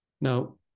Now